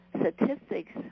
statistics